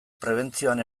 prebentzioan